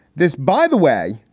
this, by the way,